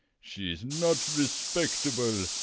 she's not respectable.